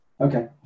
Okay